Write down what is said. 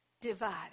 divided